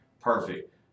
perfect